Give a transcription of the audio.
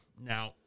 Now